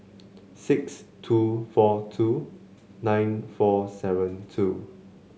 six two four two nine four seven two